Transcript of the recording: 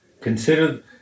Consider